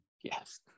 Yes